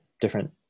different